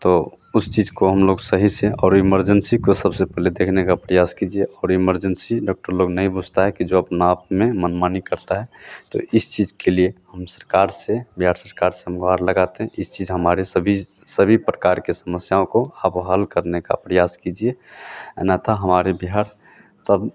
तो उस चीज़ को हम लोग सही से और इमरजेंसी को सबसे पहले देखने का प्रयास कीजिए और इमरजेंसी डॉक्टर लोग नहीं पूछते हैं कि जो अपना आप में मनमानी करते हैं तो इस चीज़ के लिए हम सरकार से बिहार सरकार से हम गुहार लगाते हैं कि इस चीज़ हमारे सभी प्रकार की समस्याओं को आप हल करने का प्रयास कीजिए अन्यतः हमारे बिहार तब